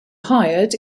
hired